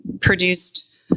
produced